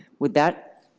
would that